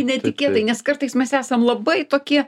netikėtai nes kartais mes esam labai tokie